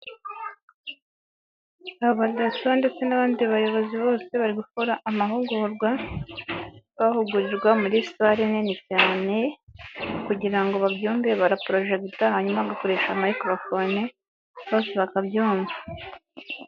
Abadaso ndetse n'abandi bayobozi bose bari gukora amahugurwa, bahugurirwa muri sare nini cyane kugira ngo babyumve baraporojegita, hanyuma bagakoresha mikorofone, bose bakabyumva.